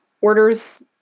orders